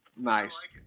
Nice